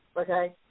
okay